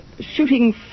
shooting